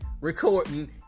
recording